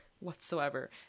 whatsoever